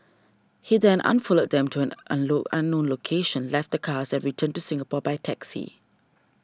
he then unfollowed them to an unknown unknown location left the cars and returned to Singapore by taxi